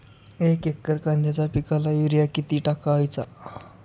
एक एकर कांद्याच्या पिकाला युरिया किती टाकायचा?